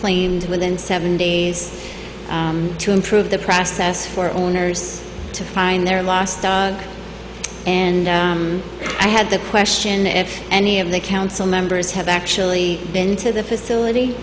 cleaned within seven days to improve the process for owners to find their lost and i had the question if any of the council members have actually been to the facility